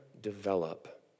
develop